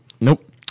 Nope